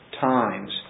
times